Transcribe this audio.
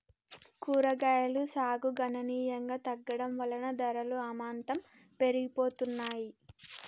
కూరగాయలు సాగు గణనీయంగా తగ్గడం వలన ధరలు అమాంతం పెరిగిపోతున్నాయి